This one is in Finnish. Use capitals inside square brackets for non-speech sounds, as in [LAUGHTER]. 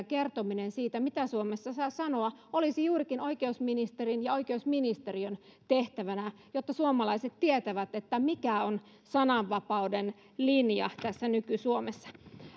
[UNINTELLIGIBLE] kertominen siitä mitä suomessa saa sanoa olisi juurikin oikeusministerin ja oikeusministeriön tehtävänä jotta suomalaiset tietävät mikä on sananvapauden linja tässä nyky suomessa